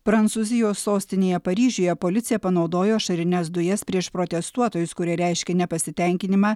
prancūzijos sostinėje paryžiuje policija panaudojo ašarines dujas prieš protestuotojus kurie reiškė nepasitenkinimą